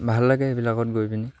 ভাল লাগে সেইবিলাকত গৈ পিনি